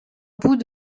bout